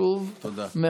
חשוב מאוד.